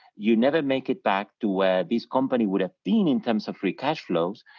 you never make it back to where this company would have been in terms of free cash flows,